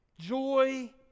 Joy